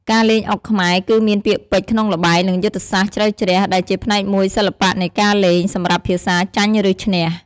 ការលេងអុកខ្មែរ គឺមានពាក្យពេចន៍ក្នុងល្បែង និងយុទ្ធសាស្ត្រជ្រៅជ្រះ ដែលជាផ្នែកមួយសិល្បៈនៃការលេង សម្រាប់ភាសា ចាញ់ ឬ ឈ្នះ។